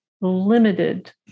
limited